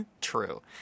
True